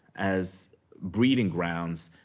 as breeding grounds,